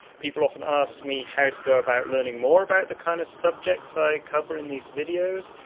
people often ask me how to go about learning more about the kinds of subjects i cover in these videos,